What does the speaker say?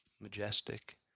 majestic